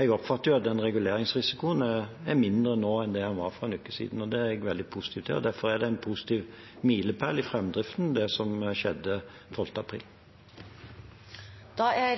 jeg oppfatter at den reguleringsrisikoen er mindre nå enn det den var for en uke siden, og det er jeg veldig positiv til. Derfor er det en positiv milepæl i framdriften, det som skjedde 12. april.